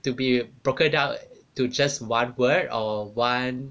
to be broken down to just one word or one